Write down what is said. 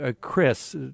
Chris